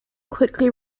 quickly